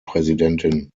präsidentin